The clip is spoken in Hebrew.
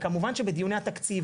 וכמובן שבדיוני התקציב,